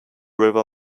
river